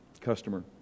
customer